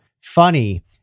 funny